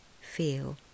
feel